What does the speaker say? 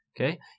okay